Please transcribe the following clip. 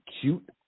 cute